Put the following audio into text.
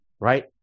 right